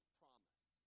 promise